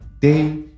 day